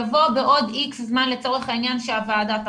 יבוא בעוד איקס זמן שהוועדה תכריע.